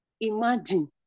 Imagine